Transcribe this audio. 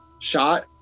shot